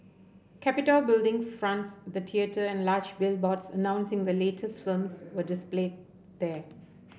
Capitol Building fronts the theatre and large billboards announcing the latest films were displayed there